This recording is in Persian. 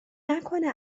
نکنه